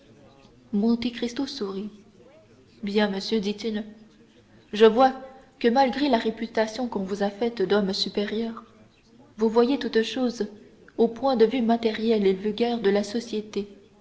monte cristo sourit bien monsieur dit-il je vois que malgré la réputation qu'on vous a faite d'homme supérieur vous voyez toute chose au point de vue matériel et vulgaire de la société